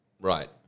Right